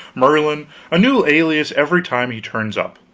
merlin a new alias every time he turns up.